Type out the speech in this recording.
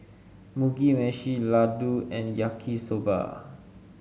Mugi Meshi Ladoo and Yaki Soba